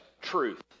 truth